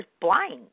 blind